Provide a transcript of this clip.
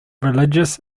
religious